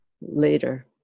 later